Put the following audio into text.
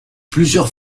plusieurs